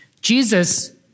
Jesus